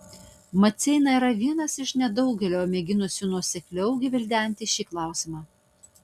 maceina yra vienas iš nedaugelio mėginusių nuosekliau gvildenti šį klausimą